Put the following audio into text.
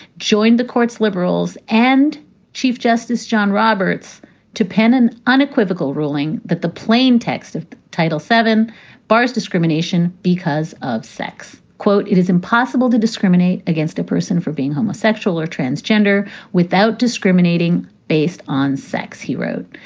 joined the court's liberals and chief justice john roberts to pen an unequivocal ruling that the plain text of title seven bars discrimination because of sex. quote, it is impossible to discriminate against a person for being homosexual or transgender without discriminating based on sex, he wrote.